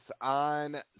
on